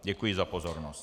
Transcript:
Děkuji za pozornost.